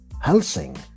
helsing